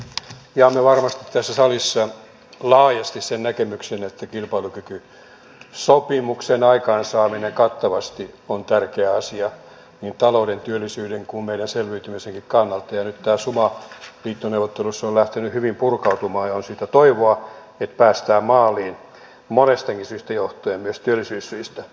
jaamme varmasti tässä salissa laajasti sen näkemyksen että kilpailukykysopimuksen aikaansaaminen kattavasti on tärkeä asia niin talouden työllisyyden kuin meidän selviytymisemmekin kannalta ja nyt tämä suma liittoneuvotteluissa on lähtenyt hyvin purkautumaan ja on toivoa siitä että päästään maaliin monestakin syystä johtuen myös työllisyyssyistä